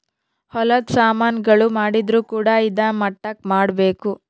ಹೊಲದ ಸಾಮನ್ ಗಳು ಮಾಡಿದ್ರು ಕೂಡ ಇದಾ ಮಟ್ಟಕ್ ಮಾಡ್ಬೇಕು